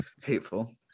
Hateful